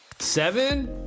seven